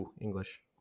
english